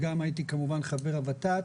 וגם הייתי כמובן חבר הות"ת.